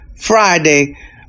Friday